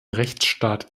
rechtsstaat